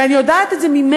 ואני יודעת את זה ממנה,